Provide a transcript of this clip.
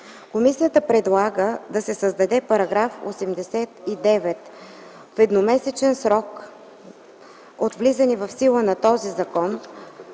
Комисията предлага да се създаде § 89: „§ 89. В едномесечен срок от влизането в сила на този закон,